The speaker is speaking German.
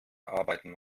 arbeiten